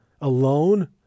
alone